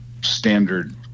standard